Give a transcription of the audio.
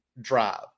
drive